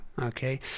okay